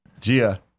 Gia